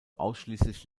ausschließlich